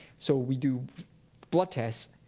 so we do blood tests.